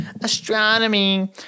astronomy